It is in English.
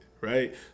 right